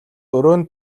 өрөөнд